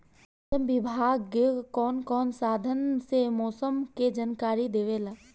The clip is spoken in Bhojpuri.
मौसम विभाग कौन कौने साधन से मोसम के जानकारी देवेला?